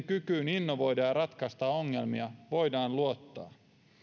kykyyn innovoida ja ratkaista ongelmia voidaan luottaa